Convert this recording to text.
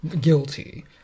guilty